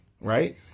right